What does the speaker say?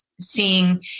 seeing